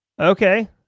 Okay